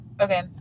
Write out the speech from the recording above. okay